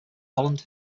holland